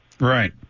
Right